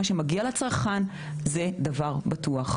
מה שמגיע לצרכן זה דבר בטוח.